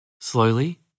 Slowly